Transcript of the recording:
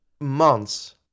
months